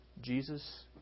Jesus